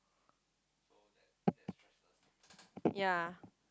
ya